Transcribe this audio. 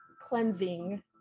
cleansing